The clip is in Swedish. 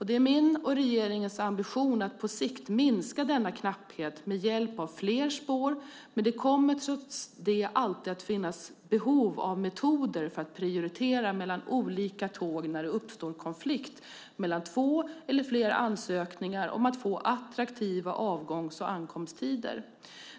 Det är min och regeringens ambition att på sikt minska denna knapphet med hjälp av fler spår, men det kommer trots det alltid att finnas behov av metoder för att prioritera mellan olika tåg när det uppstår konflikt mellan två eller fler ansökningar om att få attraktiva avgångs och ankomsttider.